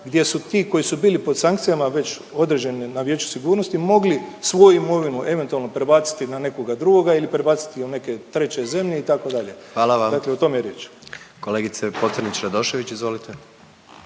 gdje su ti koji su bili pod sankcijama već određeni na Vijeću sigurnosti mogli svoju imovinu eventualno prebaciti na nekoga drugoga ili prebaciti na neke treće zemlje itd. …/Upadica predsjednik: Hvala vam./…dakle o tome je riječ. **Jandroković, Gordan